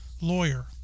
Lawyer